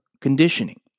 conditioning